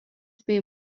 bei